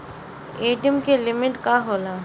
ATM की limit का होला?